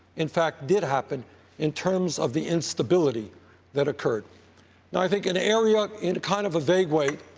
in fact, did happen in terms of the instability that occurred i think an area in kind of a vague way,